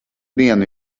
dienu